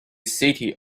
city